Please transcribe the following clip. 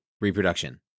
reproduction